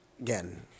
again